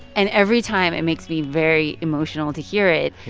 and every time it makes me very emotional to hear it.